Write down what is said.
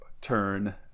turn